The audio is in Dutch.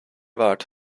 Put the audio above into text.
waard